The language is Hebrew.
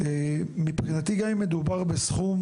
מבחינתי גם אם מדובר בסכום,